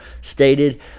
stated